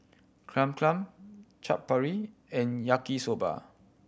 Cham Cham Chaat Papri and Yaki Soba